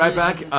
um back,